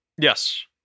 Yes